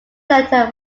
letter